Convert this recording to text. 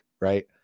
right